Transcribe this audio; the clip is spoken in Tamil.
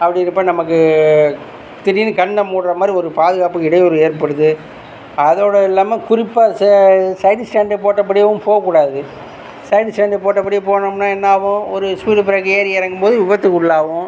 அப்படிருக்கறப்ப நமக்கு திடீர்னு கண்ணை முடுகிற மாதிரி ஒரு பாதுகாப்புக்கு இடையூறு ஏற்படுது அதோடு இல்லாமல் குறிப்பாக ச சைடு ஸ்டாண்டு போடப்படியேவும் போக கூடாது சைடு ஸ்டாண்டு போடப்படியே போனம்னால் என்ன ஆகும் ஒரு ஸ்பீடு பிரேக் ஏறி இறங்கும்போது விபத்துக்குள்ளாகுவோம்